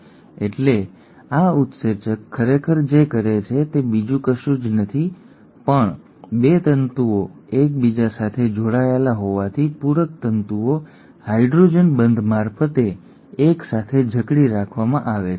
એટલે આ ઉત્સેચક ખરેખર જે કરે છે તે બીજું કશું જ નથી પણ બે તંતુઓ એકબીજા સાથે જોડાયેલાં હોવાથી પૂરક તંતુઓ હાઇડ્રોજન બંધ મારફતે એકસાથે જકડી રાખવામાં આવે છે